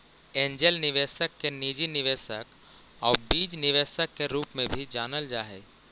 angel निवेशक के निजी निवेशक आउ बीज निवेशक के रूप में भी जानल जा हइ